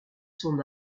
son